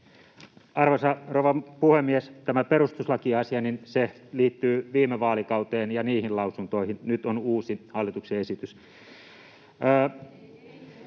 Arvoisa rouva puhemies! Tämä perustuslakiasia liittyy viime vaalikauteen ja niihin lausuntoihin. Nyt on uusi hallituksen esitys.